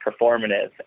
performative